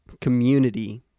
community